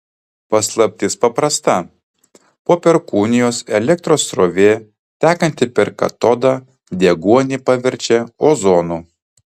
paslaptis paprasta po perkūnijos elektros srovė tekanti per katodą deguonį paverčia ozonu